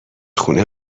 خونه